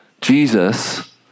Jesus